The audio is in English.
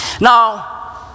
Now